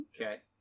Okay